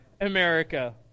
America